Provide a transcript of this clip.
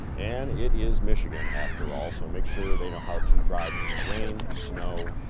and it is michigan, after all, so make sure they know how to drive in the rain, snow,